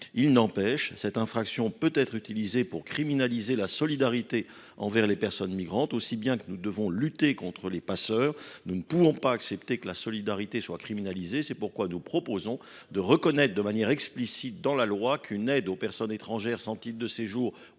moins que cette infraction peut être utilisée pour criminaliser la solidarité envers les personnes migrantes. Si nous devons lutter contre les passeurs, nous ne pouvons pas accepter que la solidarité soit criminalisée. Nous proposons donc de reconnaître de manière explicite dans la loi qu’une aide aux personnes étrangères sans titre de séjour,